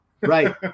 Right